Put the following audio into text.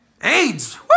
AIDS